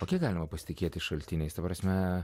o kiek galima pasitikėti šaltiniais ta prasme